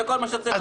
זה כל שמה שצריך.